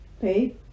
pay